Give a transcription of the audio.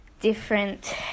different